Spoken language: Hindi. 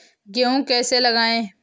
गेहूँ कैसे लगाएँ?